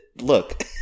look